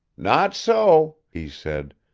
not so, he said.